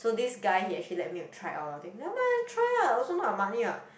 so this guy he actually let me to try out a lot of thing never mind just try ah also not your money what